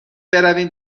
برویم